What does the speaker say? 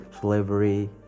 slavery